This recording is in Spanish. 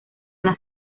las